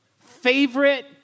favorite